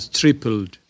tripled